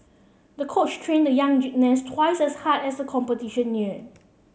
the coach trained the young gymnast twice as hard as the competition neared